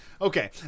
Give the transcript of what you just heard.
okay